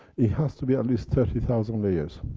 it has to be at least thirty thousand layers.